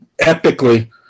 epically